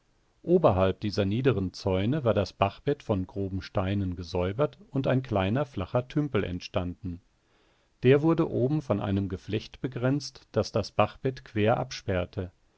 oberhalb dieser niederen zäune war das bachbett von groben steinen gesäubert und ein kleiner flacher tümpel entstanden der wurde oben von einem geflecht begrenzt das das bachbett quer absperrte